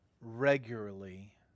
regularly